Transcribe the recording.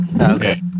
Okay